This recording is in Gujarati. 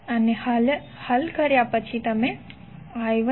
અને હલ કર્યા પછી તમે I1 0